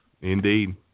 Indeed